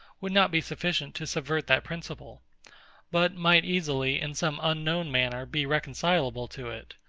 would not be sufficient to subvert that principle but might easily, in some unknown manner, be reconcilable to it.